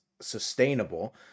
sustainable